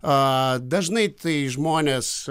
a dažnai tai žmonės